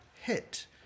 hit